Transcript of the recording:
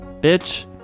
bitch